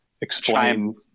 explain